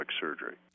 surgery